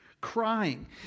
crying